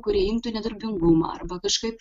kurie imtų nedarbingumą arba kažkaip